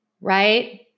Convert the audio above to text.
right